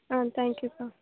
ஆ தேங்க்யூங்கக்கா